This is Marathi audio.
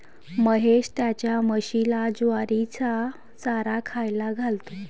महेश त्याच्या म्हशीला ज्वारीचा चारा खायला घालतो